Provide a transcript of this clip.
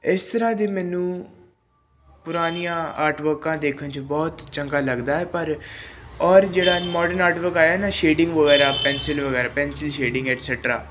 ਇਸ ਤਰ੍ਹਾਂ ਦੇ ਮੈਨੂੰ ਪੁਰਾਣੀਆਂ ਆਰਟ ਵਰਕਾਂ ਦੇਖਣ 'ਚ ਬਹੁਤ ਚੰਗਾ ਲੱਗਦਾ ਹੈ ਪਰ ਔਰ ਜਿਹੜਾ ਮੋਡਨ ਆਰਟ ਵਰਕ ਆਇਆ ਨਾ ਸ਼ੇਡਿੰਗ ਵਗੈਰਾ ਪੈਨਸਿਲ ਵਗੈਰਾ ਪੈਨਸਿਲ ਸ਼ੇਡਿੰਗ ਐਟਸੈਕਟਰਾ